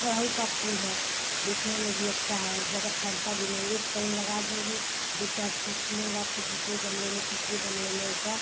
अड़हुल का फूल है देखने में भी अच्छा है ज़्यादा फैलता भी नही है कहीं लगा दूँगी दो चार फूल फूलेंगा फिर दूसरे गमले में तीसरे गमले में ऐसा